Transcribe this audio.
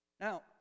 Now